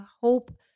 hope